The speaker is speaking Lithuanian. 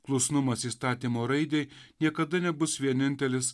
klusnumas įstatymo raidei niekada nebus vienintelis